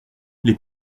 les